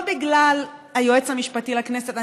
לא בגלל היועץ המשפטי לכנסת,